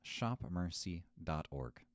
shopmercy.org